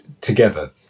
together